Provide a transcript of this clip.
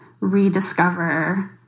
rediscover